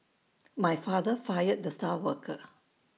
my father fired the star worker